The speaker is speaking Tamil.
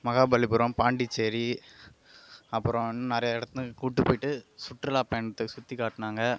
மகாபலிபுரம் பாண்டிச்சேரி அப்றம் இன்னும் நிறைய இடத்துக்கு கூப்பிடு போயிட்டு சுற்றுலா பயணத்துக்கு சுற்றி காட்டினாங்க